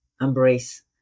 embrace